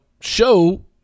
show